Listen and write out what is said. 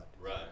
right